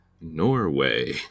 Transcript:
Norway